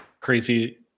crazy